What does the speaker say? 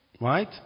Right